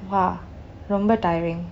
!wah! ரோம்ப:romba tiring